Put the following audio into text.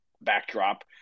backdrop